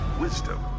wisdom